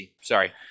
Sorry